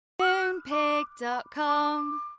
Moonpig.com